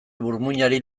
burmuinari